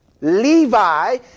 Levi